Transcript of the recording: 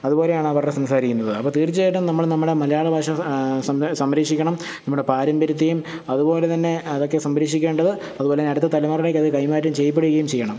അതുപോലെയാണ് അവരൊക്കെ സംസാരിക്കുന്നത് അപ്പോൾ തീർച്ചയായിട്ടും നമ്മൾ നമ്മുടെ മലയാള ഭാഷ സംരക്ഷിക്കണം നമ്മുടെ പാരമ്പര്യത്തെയും അതുപോലെ തന്നെ അതൊക്കെ സംരക്ഷിക്കേണ്ടത് അതുപോലെ തന്നെ അടുത്ത തലമുറയിലേക്ക് അത് കൈമാറ്റം ചെയ്യപ്പെടുകയും ചെയ്യണം